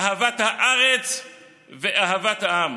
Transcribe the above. אהבת הארץ ואהבת העם.